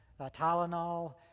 Tylenol